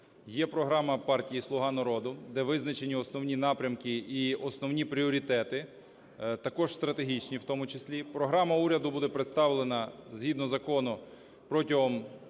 Є програма партії "Слуга народу", де визначені основні напрямки і основні пріоритети, також стратегічні в тому числі. Програма уряду буде представлена згідно закону протягом